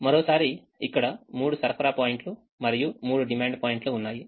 మరోసారి ఇక్కడ 3 సరఫరా పాయింట్లు మరియు 3 డిమాండ్ పాయింట్లు ఉన్నాయి